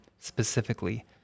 specifically